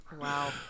Wow